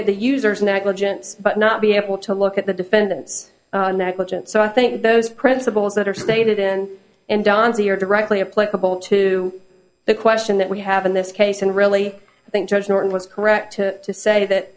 at the users negligence but not be able to look at the defendant's negligence so i think those principles that are stated in in donzy are directly applicable to the question that we have in this case and really i think judge norton was correct to say that